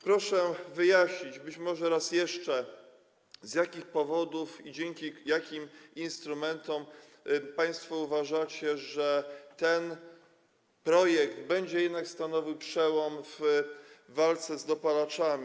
Proszę wyjaśnić, być może raz jeszcze, z jakich powodów i dzięki jakim instrumentom państwo uważacie, że ten projekt będzie jednak stanowił przełom w walce z dopalaczami.